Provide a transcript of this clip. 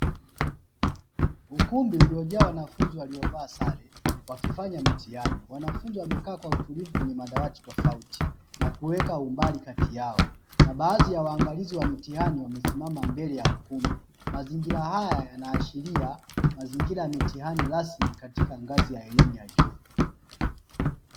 Ukumbi uliojaa wanafunzi waliovaa sare wakifanya mtihani. Wanafunzi wamekaa kwa utulivu kwenye madawati tofauti na kuweka umbali kati yao na baadhi ya waangalizi wa mitihani wamesimama mbele ya ukumbi. Mazingira haya yanaashiria mazingira ya mitihani rasmi katika ngazi ya elimu ya juu.